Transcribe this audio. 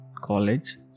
college